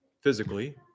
physically